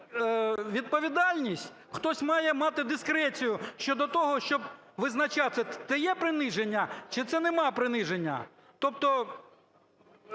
відповідальність, хтось має мати дискрецію щодо того, щоб визначати, це є приниження чи це немає приниження. Тобто